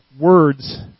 words